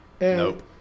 Nope